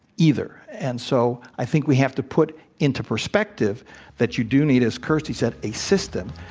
either. and so, i think we have to put into perspective that you do need, as kirsty said, a system.